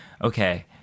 okay